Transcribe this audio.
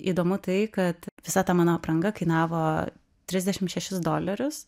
įdomu tai kad visa ta mano apranga kainavo trisdešim šešis dolerius